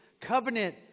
covenant